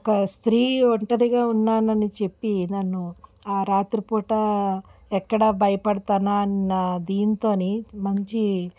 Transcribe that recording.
ఒక స్త్రీ ఒంటరిగా ఉన్నానని చెప్పి నన్ను ఆ రాత్రిపూట ఎక్కడ భయపడతానా అన్న దీంతోని మంచి